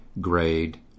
grade